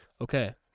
Okay